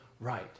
right